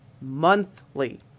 monthly